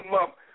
up